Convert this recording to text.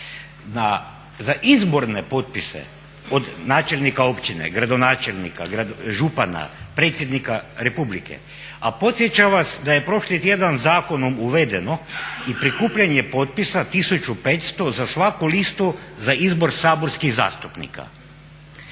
Za izborne potpise od načelnika općine, gradonačelnika, župana, Predsjednika Republike, a podsjećam vas da je prošli tjedan zakonom uvedeno i prikupljanje potpisa 1500 za svaku listu za izbor saborskih zastupnika.